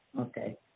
Okay